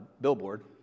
billboard